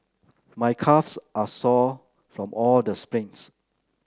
my calves are sore from all the sprints